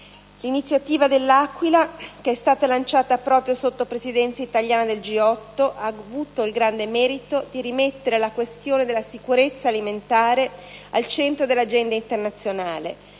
L'iniziativa dell'Aquila, che è stata lanciata proprio sotto la Presidenza italiana del G8, ha avuto il grande merito di rimettere la questione della sicurezza alimentare al centro dell'agenda internazionale,